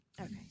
Okay